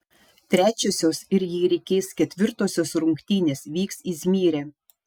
trečiosios ir jei reikės ketvirtosios rungtynės vyks izmyre